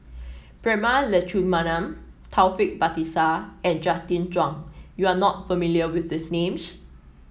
Prema Letchumanan Taufik Batisah and Justin Zhuang you are not familiar with these names